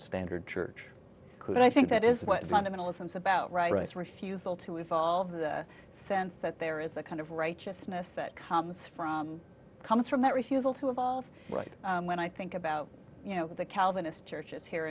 standard church could i think that is what fundamentalisms about rights refusal to evolve the sense that there is a kind of righteousness that comes from comes from that refusal to evolve right when i think about you know the calvinist churches here